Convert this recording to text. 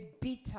bitter